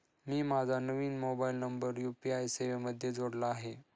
मी माझा नवीन mobile number UPI सेवेमध्ये जोडला आहे